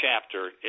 chapter